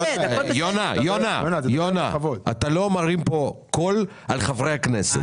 יונה, אתה לא מרים פה קול על חברי הכנסת.